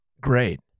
Great